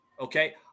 okay